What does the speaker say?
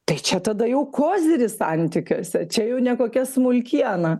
tai čia tada jau koziris santykiuose čia jau ne kokia smulkiena